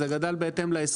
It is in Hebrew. זה גדל בהתאם להסכם